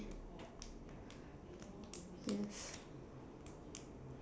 yes